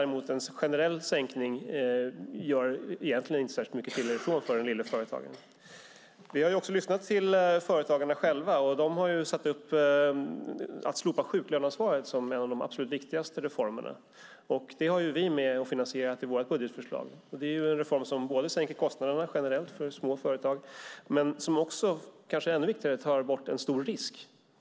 En generell sänkning gör däremot inte särskilt mycket till eller från för en liten företagare. Vi har också lyssnat på företagarna själva. En av de absolut viktigaste reformerna för dem är ett slopande av sjuklöneansvaret. Det har vi med i vårt budgetförslag, och det är finansierat. Det är en reform som sänker kostnaderna generellt för små företag men som också, vilket kanske är ännu viktigare, tar bort en stor risk.